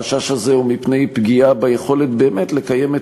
החשש הזה הוא מפני פגיעה ביכולת לקיים באמת